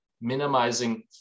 minimizing